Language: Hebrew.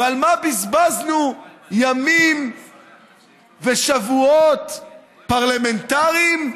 ועל מה בזבזנו ימים ושבועות פרלמנטריים?